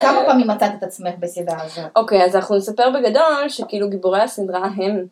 כמה פעמים מצאת את עצמך בסדרה הזאת? אוקיי, אז אנחנו נספר בגדול שכאילו גיבורי הסדרה הם.